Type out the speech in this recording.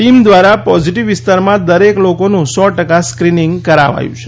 team દ્વારા positive વિસ્તારમાં દરેક લોકોનું સો ટકા સ્ક્રિનિંગ કરાવ્યું છે